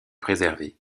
préservé